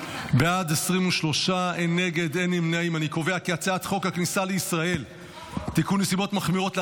את הצעת חוק הכניסה לישראל (תיקון מס' 39) (התליית